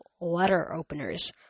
letter-openers